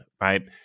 right